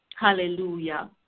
hallelujah